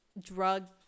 drug